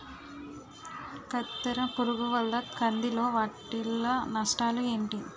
కత్తెర పురుగు వల్ల కంది లో వాటిల్ల నష్టాలు ఏంటి